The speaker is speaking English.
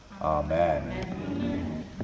Amen